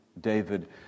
David